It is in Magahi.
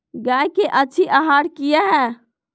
गाय के अच्छी आहार किया है?